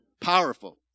powerful